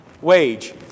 Wage